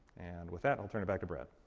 and with that, i'll turn it back to brad.